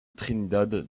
trinidad